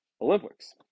Olympics